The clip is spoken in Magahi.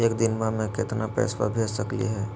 एक दिनवा मे केतना पैसवा भेज सकली हे?